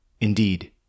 Indeed